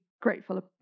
grateful